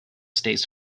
stays